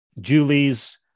Julie's